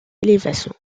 élévation